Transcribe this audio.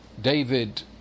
David